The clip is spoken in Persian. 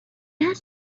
هست